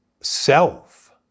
self